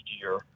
year